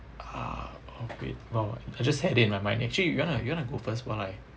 uh oh great !wow! I just had it in my mind actually you want to you want to go first while I